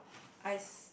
I s~